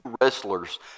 wrestlers